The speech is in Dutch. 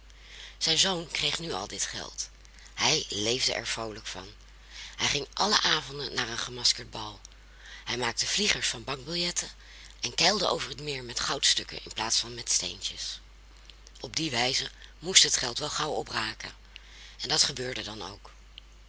zijn zoon kreeg nu al dit geld hij leefde er vroolijk van hij ging alle avonden naar een gemaskerd bal hij maakte vliegers van bankbiljetten en keilde over het meer met goudstukken in plaats van met steentjes op die wijze moest het geld wel gauw opraken en dat gebeurde dan ook